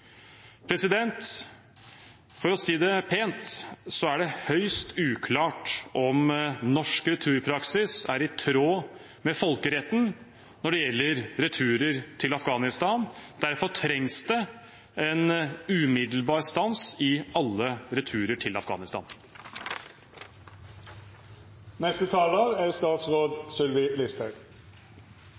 For å si det pent så er det høyst uklart om norsk returpraksis er i tråd med folkeretten når det gjelder returer til Afghanistan. Derfor trengs det en umiddelbar stans i alle returer til Afghanistan.